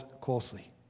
closely